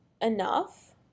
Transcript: enough